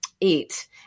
eat